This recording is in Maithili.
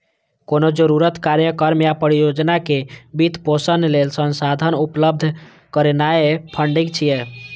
कोनो जरूरत, कार्यक्रम या परियोजना के वित्त पोषण लेल संसाधन उपलब्ध करेनाय फंडिंग छियै